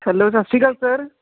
hello ਸਤਿ ਸ਼੍ਰੀ ਅਕਾਲ ਸਰ